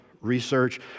research